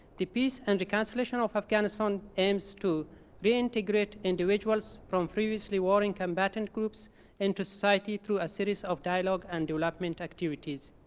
the peace and reconciliation of afghanistan aims to reintegrate individuals from previously warring combatant groups into society through a series of dialogue and development activities.